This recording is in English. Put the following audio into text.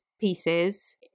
pieces